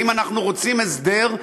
אם אנחנו רוצים הסדר,